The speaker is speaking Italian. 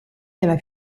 della